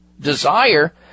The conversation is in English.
desire